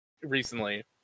recently